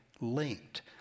linked